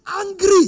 angry